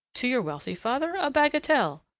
to your wealthy father a bagatelle.